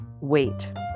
Wait